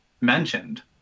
mentioned